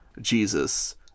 Jesus